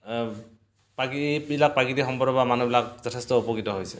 পাকিবিলাক প্ৰকৃতিক সম্পদৰ পৰা মানুহবিলাক যথেষ্ট উপকৃত হৈছে